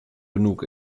genug